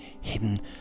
hidden